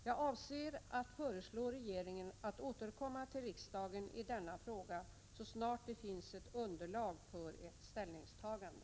Jag avser att föreslå regeringen att återkomma till riksdagen i denna fråga så snart det finns ett underlag för ett ställningstagande.